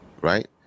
right